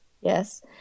Yes